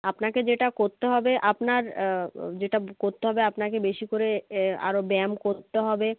আপনাকে যেটা করতে হবে আপনার যেটা করতে হবে আপনাকে বেশি করে আরও ব্যায়াম করতে হবে